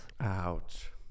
Ouch